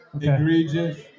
egregious